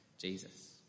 Jesus